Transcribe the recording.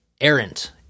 errant